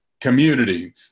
Community